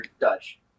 Dutch